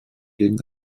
gegen